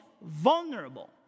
vulnerable